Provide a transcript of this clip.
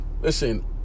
Listen